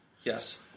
Yes